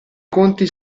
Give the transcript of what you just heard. conti